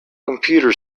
computer